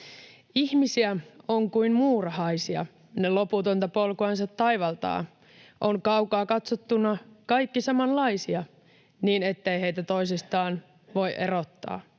”Ihmisiä on kuin muurahaisia. / Ne loputonta polkuansa taivaltaa. / On kaukaa katsottuna kaikki samanlaisia, / niin ettei heitä toisistaan voi erottaa.